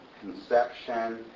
conception